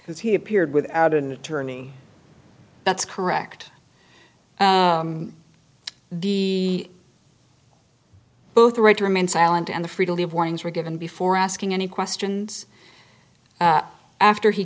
as he appeared without an attorney that's correct the both right to remain silent and the free to leave warnings were given before asking any questions after he